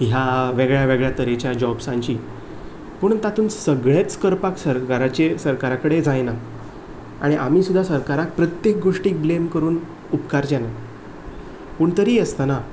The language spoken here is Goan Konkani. ह्या वेगळ्या वेगळ्या तरेच्या जॉब्सांची पूण तातूंत सगळेंच करपाक सरकाराचे सरकारा कडेन जायना आनी आमी सुद्दा सरकाराक प्रत्येक गोष्टीक ब्लेम करून उपकारचें ना पूण तरी आसतना